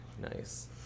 Nice